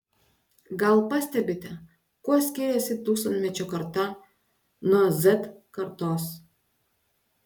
gal pastebite kuo skiriasi tūkstantmečio karta nuo z kartos